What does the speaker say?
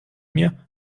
mir